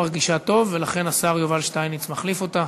שרת המשפטים לא מרגישה טוב ולכן השר יובל שטייניץ מחליף אותה.